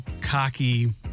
cocky